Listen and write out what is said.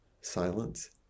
Silence